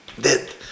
Dead